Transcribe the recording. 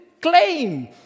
claim